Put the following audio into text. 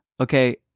okay